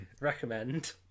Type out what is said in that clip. Recommend